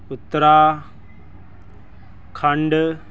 Uttarakhand